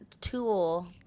tool